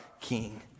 King